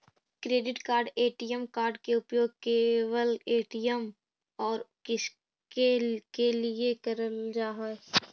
Credit card ATM card के उपयोग केवल ए.टी.एम और किसके के लिए करल जा है?